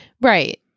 Right